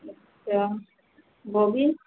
अच्छा गोभी